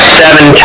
seven